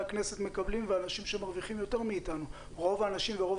הכנסת מקבלים ואנשים שמרוויחים יותר מאתנו רוב האנשים ורוב